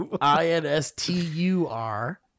I-N-S-T-U-R